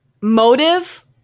motive